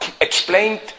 explained